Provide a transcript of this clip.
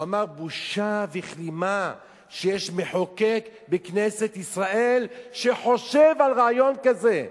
הוא אמר: בושה וכלימה שיש מחוקק בכנסת ישראל שחושב על רעיון כזה.